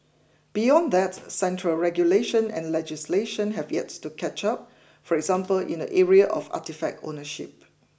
beyond that central regulation and legislation have yet to catch up for example in the area of artefact ownership